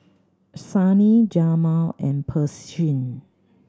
Sunny Jamal and Pershing